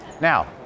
Now